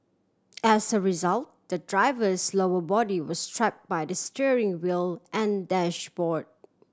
as a result the driver's lower body was trap by the steering wheel and dashboard